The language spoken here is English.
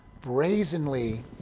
brazenly